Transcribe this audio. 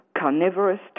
carnivorous